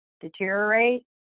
deteriorate